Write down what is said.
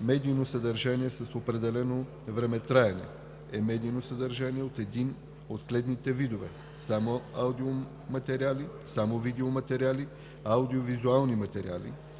„Медийно съдържание с определено времетраене“ е медийно съдържание от един от следните видове: само аудиоматериали, само видеоматериали, аудио-визуални материали,